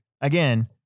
again